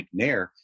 McNair